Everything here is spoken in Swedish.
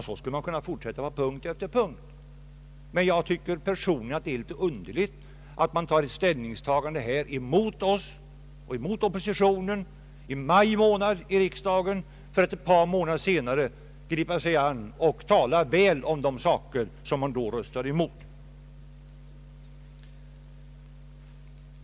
Så skulle man kunna fortsätta punkt efter punkt. Jag tycker personligen att det är litet underligt att man i maj månad tar ställning mot oppositionen i riksdagen för att ett par månader senare tala väl om de saker som man då röstade emot.